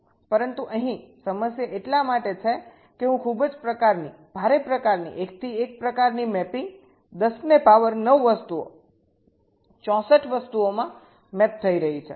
પરંતુ અહીં સમસ્યા એટલા માટે છે કે હું ખૂબ જ પ્રકારની ભારે પ્રકારની એકથી એક પ્રકારની મેપિંગ 10 ને પાવર 9 વસ્તુઓ 64 વસ્તુઓમાં મેપ થઈ રહી છે